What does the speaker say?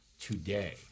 today